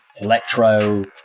electro